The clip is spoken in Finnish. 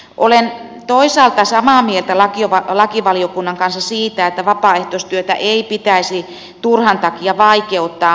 olen toisaalta samaa mieltä lakivaliokunnan kanssa siitä että vapaaehtoistyötä ei pitäisi turhan takia vaikeuttaa